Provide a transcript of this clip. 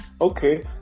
okay